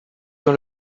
dans